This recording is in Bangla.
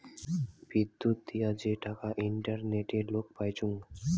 বিদ্যুত দিয়া যে টাকা ইন্টারনেটে লোক পাইচুঙ